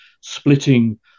splitting